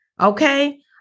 Okay